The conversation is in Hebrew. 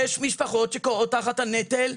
יש משפחות שכורעות תחת הנטל,